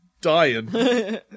dying